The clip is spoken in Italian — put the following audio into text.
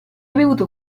bevuto